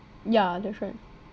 yeah that's right